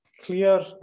clear